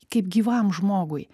kaip gyvam žmogui